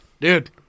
dude